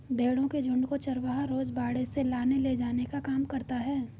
भेंड़ों के झुण्ड को चरवाहा रोज बाड़े से लाने ले जाने का काम करता है